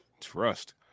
Trust